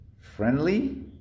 friendly